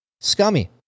Scummy